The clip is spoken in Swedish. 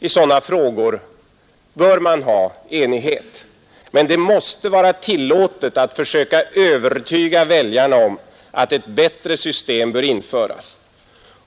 I sådana frågor bör man ha enighet. Men det måste vara tillåtet att försöka övertyga väljarna om att ett bättre system bör införas.